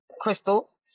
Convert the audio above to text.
crystals